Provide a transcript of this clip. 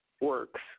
works